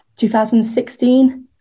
2016